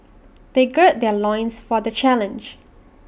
they gird their loins for the challenge